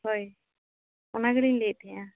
ᱦᱳᱭ ᱚᱱᱟ ᱜᱮᱞᱤᱧ ᱞᱟᱹᱭᱮᱫ ᱛᱟᱦᱮᱸᱫᱼᱟ